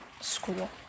school